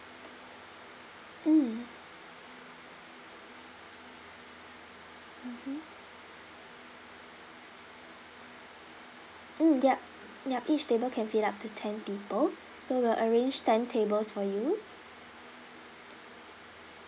mm mmhmm mm yup yup each table can fit up to ten people so we'll arrange ten tables for you